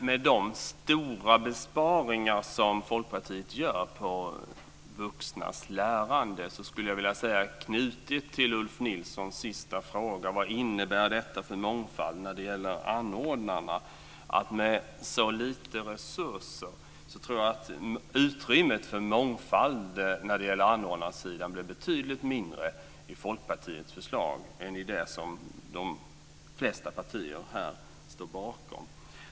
Med anledning de stora besparingar som Folkpartiet gör på vuxnas lärande knutet till Ulf Nilssons avslutande fråga om vad detta innebär för mångfalden när det gäller anordnarna, vill jag säga att med så lite resurser tror jag att utrymmet för mångfald på anordnarsidan blir betydligt mindre med Folkpartiets förlag än med det förslag som de flesta partier här står bakom.